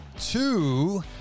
two